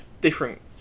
different